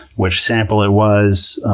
which sample it was.